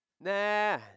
Nah